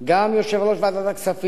גם יושב-ראש ועדת הכספים,